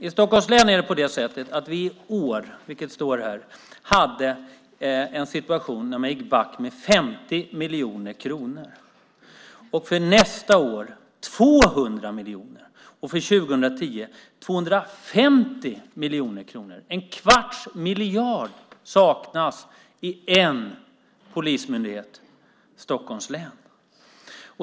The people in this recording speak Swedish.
I Stockholms län hade vi i år en situation där man gick back med 50 miljoner kronor. För nästa år handlar det om 200 miljoner - och för 2010 om 250 miljoner kronor - en kvarts miljard saknas alltså i en polismyndighet, nämligen Stockholms län.